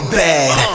bad